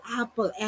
apple